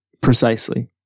precisely